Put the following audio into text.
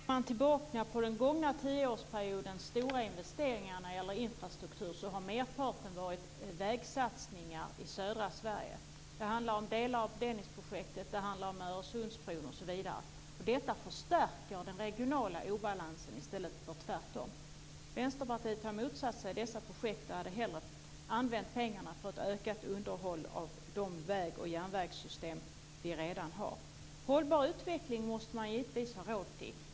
Herr talman! Ser man tillbaka på den gångna tioårsperiodens stora investeringar när det gäller infrastruktur så har merparten varit vägsatsningar i södra Sverige. Det handlar om delar av Dennisprojektet, det handlar om Öresundsbron osv. Detta förstärker den regionala obalansen i stället för tvärtom. Vänsterpartiet har motsatt sig dessa projekt. Vi hade hellre använt pengarna till ökat underhåll av de vägoch järnvägssystem som vi redan har. Givetvis måste man ha råd till hållbar utveckling.